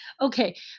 Okay